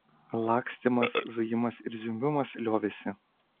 lakstymas zujimas ir zvimbimas liovėsi